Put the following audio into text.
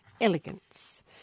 Elegance